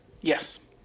Yes